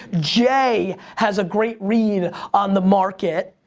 jay has a great read on the market.